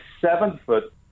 seven-foot